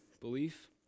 belief